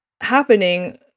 happening